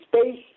space